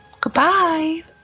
Goodbye